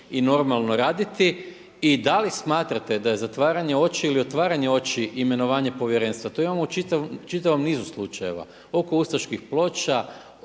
i normalno raditi. I da li smatrate da je zatvaranje oči ili otvaranje oči imenovanje povjerenstva? To imamo u čitavom nizu slučajeva oko ustaških ploča,